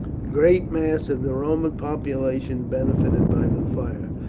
great mass of the roman population benefited by the fire.